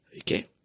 Okay